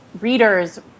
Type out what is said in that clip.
readers